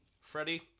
Freddie